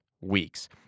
weeks